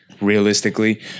Realistically